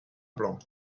blanc